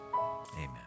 Amen